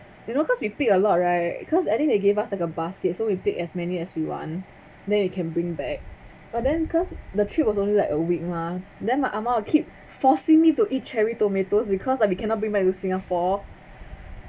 you know cause we pick a lot right cause I think they gave us like a basket so we take as many as we want then you can bring back but then cause the trip was only like a week mah then my ah ma will keep forcing me to eat cherry tomatoes because like we cannot bring back to singapore